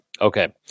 okay